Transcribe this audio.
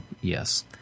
yes